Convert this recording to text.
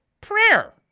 Prayer